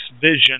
vision